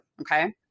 Okay